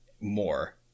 more